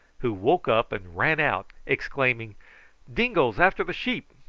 who woke up and ran out exclaiming dingoes after the sheep!